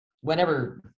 whenever